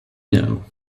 now